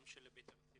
גם של בית הנשיא